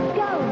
go